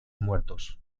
muertos